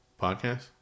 podcast